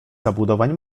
zabudowań